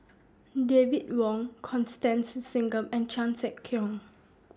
David Wong Constance Singam and Chan Sek Keong